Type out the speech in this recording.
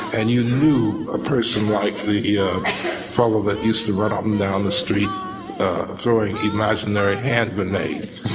and you knew a person like the yeah trouble that used to run up and down the street throwing imaginary hand grenades.